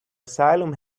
asylum